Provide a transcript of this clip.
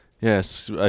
Yes